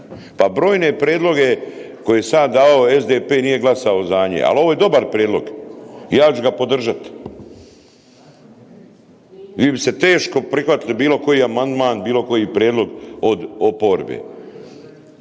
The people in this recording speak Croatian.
Pa brojne prijedloge koje sam ja davao SDP nije glasovao za njih, ali ovo je dobar prijedlog, ja ću ga podržati. Vi bi se teško prihvatili bilo koji amandman, bilo koji prijedlog od oporbe.